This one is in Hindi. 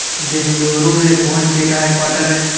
बेंगलुरु में फोन पे का हेड क्वार्टर हैं